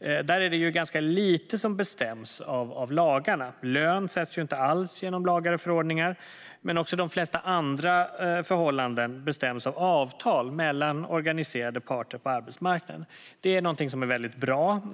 är det ganska lite som bestäms av lagarna. Lön sätts ju inte alls genom lagar och förordningar. Men också de flesta andra förhållanden bestäms av avtal mellan organiserade parter på arbetsmarknaden. Detta är någonting som är mycket bra.